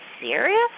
serious